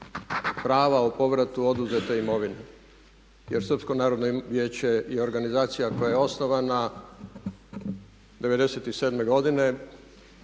prava o povratu oduzete imovine jer Srpsko narodno vijeće je organizacija koja je osnovana 97.godine